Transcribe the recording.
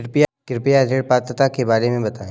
कृपया ऋण पात्रता के बारे में बताएँ?